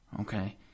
okay